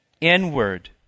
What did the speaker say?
inward